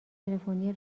تلفنی